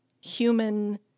human